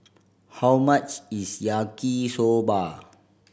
how much is Yaki Soba